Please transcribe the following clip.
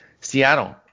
Seattle